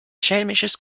schelmisches